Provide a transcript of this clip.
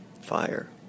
Fire